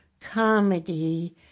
comedy